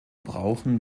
brauchen